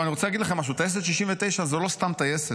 אז אני רוצה להגיד לכם משהו: טייסת 69 היא לא סתם טייסת,